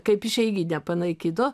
kaip išeiginę panaikino